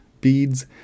beads